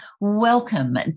Welcome